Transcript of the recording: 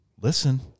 Listen